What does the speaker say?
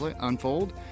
unfold